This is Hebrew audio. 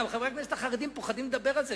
גם חברי הכנסת החרדים פוחדים לדבר על זה,